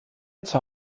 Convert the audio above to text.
zur